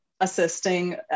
assisting